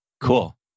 cool